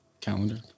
calendar